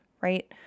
right